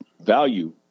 value